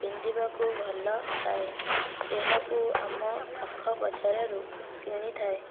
ପିନ୍ଧିବାକୁ ଭଲପାଏ ଏହାକୁ ଆମ ପାଖ ବଜାରରୁ କିଣିଥାଏ